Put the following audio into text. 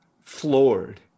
floored